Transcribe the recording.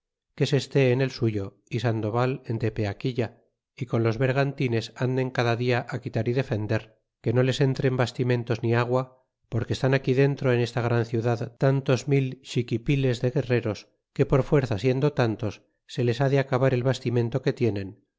que se este en el suyo y sandoval en tepeaquilla y con los bergantines anden cada dia quitar y defender que no les entren bastimentos ni agua porque estan aquí dentro en esta gran ciudad tantos mil xiquipiles de guerreros que por fuerza siendo tantos se les ha de acabar el bastimento que tienen